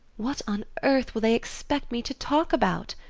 what on earth will they expect me to talk about?